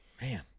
man